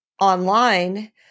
online